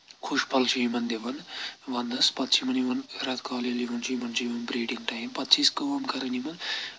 خۄشِک پھل چھِ یِمَن دِوان وَنٛدَس پَتہٕ چھِ یِمَن یِوان رؠتہٕ کول ییٚلہِ یِوان چھِ یِمَن چھِ یِوان برٛیٖڈِنٛگ ٹایم پَتہٕ چھِ أسۍ کٲم کَرَان یِمَن